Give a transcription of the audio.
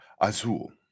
Azul